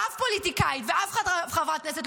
ואף פוליטיקאית ואף חברת כנסת,